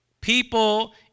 people